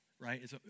right